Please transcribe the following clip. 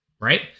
right